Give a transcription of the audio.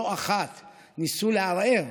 שלא אחת ניסו לערער